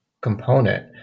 component